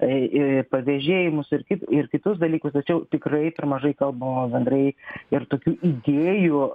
į pavėžėjimus ir kaip ir kitus dalykus tačiau tikrai per mažai kalbama bendrai ir tokių idėjų